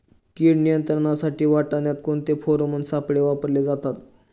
कीड नियंत्रणासाठी वाटाण्यात कोणते फेरोमोन सापळे वापरले जातात?